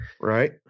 Right